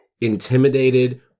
intimidated